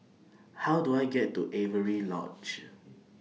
How Do I get to Avery Lodge